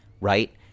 right